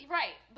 right